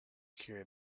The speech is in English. carried